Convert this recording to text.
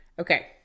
okay